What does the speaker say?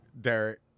Derek